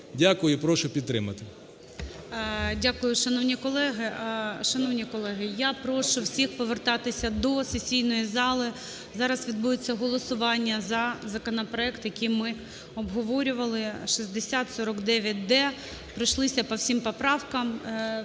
Дякую. І прошу підтримати.